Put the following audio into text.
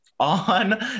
on